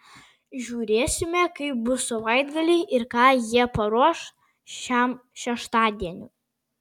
žiūrėsime kaip bus savaitgalį ir ką jie paruoš šiam šeštadieniui